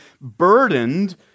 burdened